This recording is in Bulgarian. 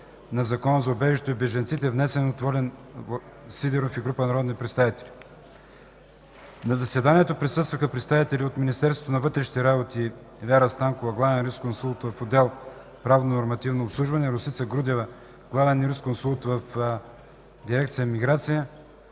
на Закона за убежището и бежанците, внесен от Волен Сидеров и група народни представители. На заседанието присъстваха представители от: - Министерството на вътрешните работи: Вяра Станкова – главен юрисконсулт в отдел „Правнонормативно обслужване”, и Росица Грудева – главен юрисконсулт в дирекция „Миграция”;